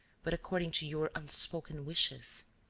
but according to your unspoken wishes.